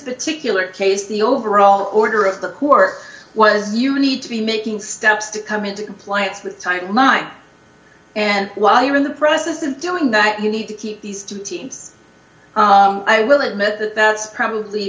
particular case the overall order of the poor was you need to be making steps to come into compliance the time line and while you're in the process of doing that you need to keep these two teams i will admit that that's probably